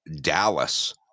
Dallas